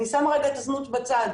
אני שמה רגע את הזנות בצד,